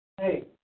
Hey